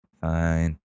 Fine